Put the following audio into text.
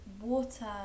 water